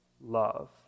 love